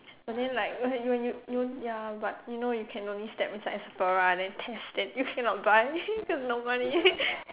but then like when when you you ya but you know you can only step inside of Sephora then test that you cannot buy cause no money